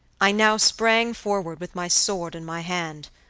i now sprang forward, with my sword in my hand.